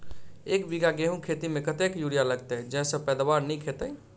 एक बीघा गेंहूँ खेती मे कतेक यूरिया लागतै जयसँ पैदावार नीक हेतइ?